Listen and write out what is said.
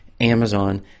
Amazon